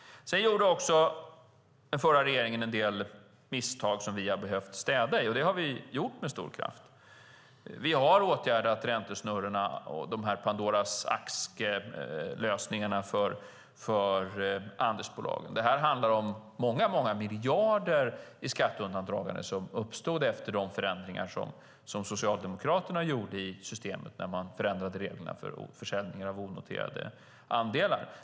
Sedan gjorde den förra regeringen en del misstag som gjort att vi har behövt städa, och det har vi gjort med stor kraft. Vi har åtgärdat räntesnurrorna, Pandoras ask-lösningarna, för andelsbolagen. Det handlade om många miljarder i skatteundandragande som uppstod efter de förändringar som Socialdemokraterna gjorde i systemet när de förändrade reglerna för försäljningar av onoterade andelar.